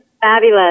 Fabulous